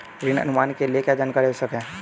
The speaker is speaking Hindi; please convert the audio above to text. ऋण अनुमान के लिए क्या जानकारी आवश्यक है?